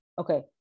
Okay